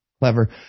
clever